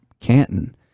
Canton